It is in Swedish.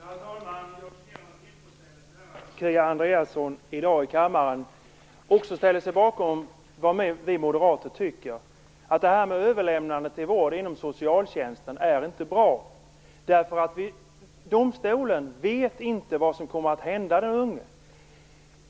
Herr talman! Jag noterar att Kia Andreasson i dag i kammaren också ställer sig bakom vad vi moderater tycker, alltså att de här med överlämnande till vård inom socialtjänsten inte är bra. Domstolen vet inte vad som kommer att hända med den unge.